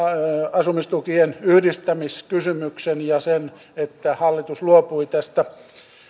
asumistukien yhdistämiskysymyksen ja sen kun hallitus luopui tästä